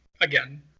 Again